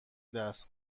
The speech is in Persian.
درس